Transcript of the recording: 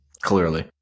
Clearly